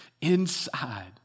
inside